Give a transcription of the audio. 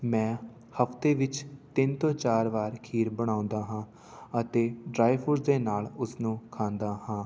ਮੈਂ ਹਫਤੇ ਵਿੱਚ ਤਿੰਨ ਤੋਂ ਚਾਰ ਵਾਰ ਖੀਰ ਬਣਾਉਂਦਾ ਹਾਂ ਅਤੇ ਡਰਾਈ ਫਰੂਟ ਦੇ ਨਾਲ ਉਸਨੂੰ ਖਾਂਦਾ ਹਾਂ